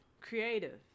creative